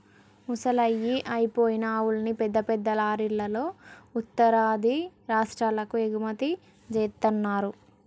ముసలయ్యి అయిపోయిన ఆవుల్ని పెద్ద పెద్ద లారీలల్లో ఉత్తరాది రాష్టాలకు ఎగుమతి జేత్తన్నరు